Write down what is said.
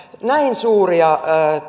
näin suuria